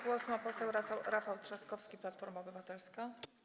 Głos ma poseł Rafał Trzaskowski, Platforma Obywatelska.